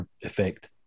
effect